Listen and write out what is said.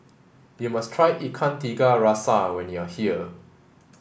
you must try Ikan Tiga Rasa when you are here